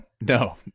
no